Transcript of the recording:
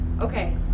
Okay